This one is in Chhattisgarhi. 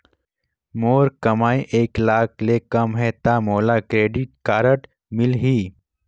मोर कमाई एक लाख ले कम है ता मोला क्रेडिट कारड मिल ही?